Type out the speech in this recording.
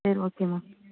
சரி okay ma'am